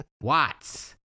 Watts